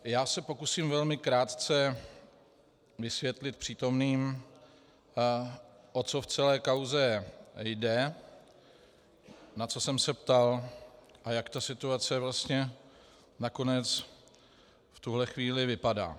Já se pokusím velmi krátce vysvětlit přítomným, o co v celé kauze jde, na co jsem se ptal a jak ta situace vlastně nakonec v tuto chvíli vypadá.